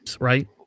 right